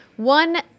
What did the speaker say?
One